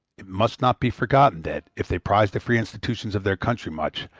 it must not be forgotten that, if they prize the free institutions of their country much,